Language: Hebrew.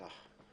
בבקשה, גברתי.